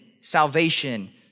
salvation